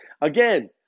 again